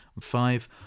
Five